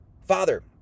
Father